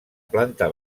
planta